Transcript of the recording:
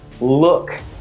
look